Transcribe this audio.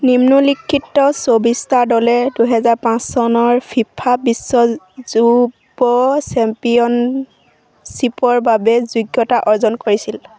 নিম্নোল্লিখিত চৌবিছটা দলে দুহজাৰ পাঁচ চনৰ ফিফা বিশ্ব যুৱ চেম্পিয়নশ্বিপৰ বাবে যোগ্যতা অৰ্জন কৰিছিল